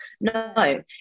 no